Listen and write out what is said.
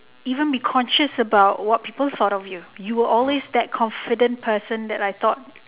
even be conscious about what people thought of you you are always that confident person that I thought